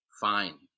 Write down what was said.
fine